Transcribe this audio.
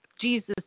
Jesus